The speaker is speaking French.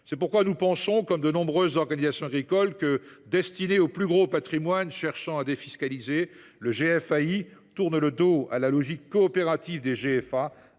agricoles. Nous pensons, comme de nombreuses organisations agricoles, que le GFAI, destiné aux plus gros patrimoines cherchant à défiscaliser, tourne le dos à la logique coopérative des GFA